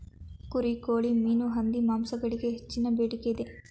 ಕುರಿ, ಕೋಳಿ, ಮೀನು, ಹಂದಿ ಮಾಂಸಗಳಿಗೆ ಹೆಚ್ಚಿನ ಬೇಡಿಕೆ ಇದೆ